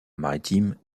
maritime